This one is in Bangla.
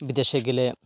বিদেশে গেলে